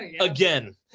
Again